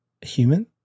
human